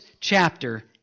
chapter